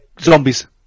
Zombies